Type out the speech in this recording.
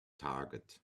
target